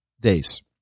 days